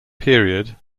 period